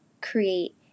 create